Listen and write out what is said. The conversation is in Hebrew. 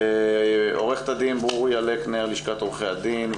עורכת הדין ברוריה לקנר, לשכת עורכי הדין.